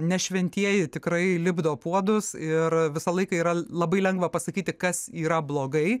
ne šventieji tikrai lipdo puodus ir visą laiką yra labai lengva pasakyti kas yra blogai